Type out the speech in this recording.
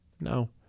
No